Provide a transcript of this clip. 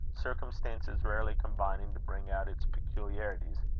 circumstances rarely combining to bring out its peculiarities.